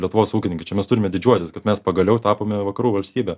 lietuvos ūkininkai čia mes turime didžiuotis kad mes pagaliau tapome vakarų valstybe